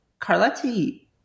Carletti